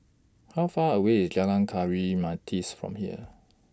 How Far away IS Jalan Kayu from here